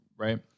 Right